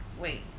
Wait